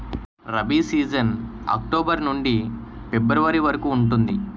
rabi season October నుండి ఫిబ్రవరి వరకు ఉంటుంది